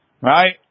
Right